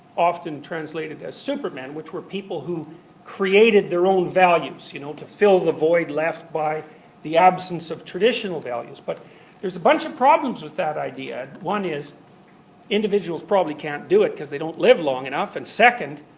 often translated as supermen, which were people who created their own values you know to fill the void left by the absence of traditional values. but there's a bunch of problems with that idea. one is individuals probably can't do it because they don't live long enough, and second,